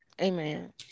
amen